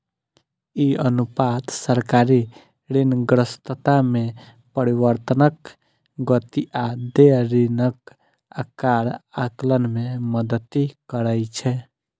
ई अनुपात सरकारी ऋणग्रस्तता मे परिवर्तनक गति आ देय ऋणक आकार आकलन मे मदति करै छै